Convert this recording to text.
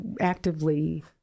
actively